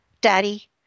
Daddy